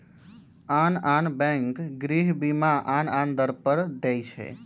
आन आन बैंक गृह बीमा आन आन दर पर दइ छै